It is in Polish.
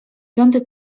piątej